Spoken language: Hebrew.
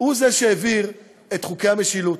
הוא שהעביר את חוקי המשילות,